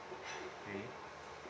mm